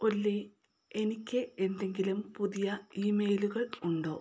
ഒല്ലി എനിക്ക് എന്തെങ്കിലും പുതിയ ഇമെയിലുകൾ ഉണ്ടോ